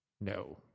no